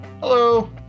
Hello